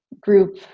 group